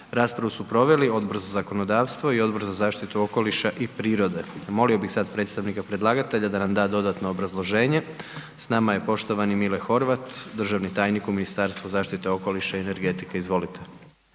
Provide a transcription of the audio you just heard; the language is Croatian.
Raspravu su proveli Odbor za zakonodavstvo i Odbor za zaštitu okoliša i prirode. Molio bih sad predstavnika predlagatelja da nam da dodatno obrazloženje. S nama je poštovani Mile Horvat, državni tajnik u Ministarstvu zaštite okoliša i energetike. Izvolite.